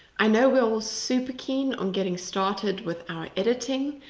i know we are all super keen on getting started with our editing,